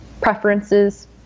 preferences